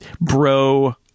bro